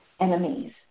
enemies